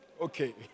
Okay